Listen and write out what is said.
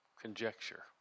conjecture